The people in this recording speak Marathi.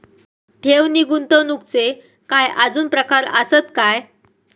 ठेव नी गुंतवणूकचे काय आजुन प्रकार आसत काय?